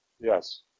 yes